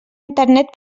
internet